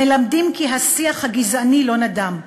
מלמדים כי השיח הגזעני לא נדם.